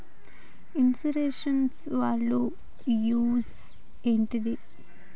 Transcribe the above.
Insurance వాళ్ల use ఏంటిది?